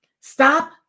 Stop